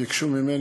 ביקשו ממני,